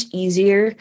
easier